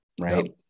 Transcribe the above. Right